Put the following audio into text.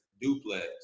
duplex